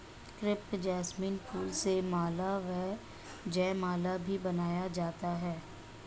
crepe jasmine फूल से माला व जयमाला भी बनाया जाता है